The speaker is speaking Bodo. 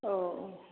औ औ